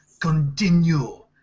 continue